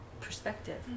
perspective